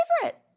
favorite